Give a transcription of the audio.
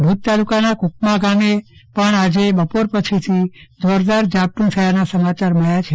ભુજ તાલુકાના કુકમા ગામથી આજે બપોર પછી જોરદાર ઝાપટુ થયાના સમાચાર સાપાડયા છે